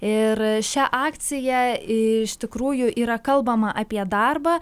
ir šią akciją iš tikrųjų yra kalbama apie darbą